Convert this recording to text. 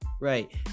Right